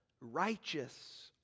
righteous